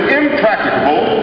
impracticable